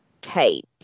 tape